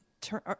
turn